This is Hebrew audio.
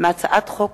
הצעת חוק